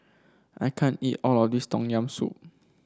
I can't eat all of this Tom Yam Soup